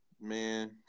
Man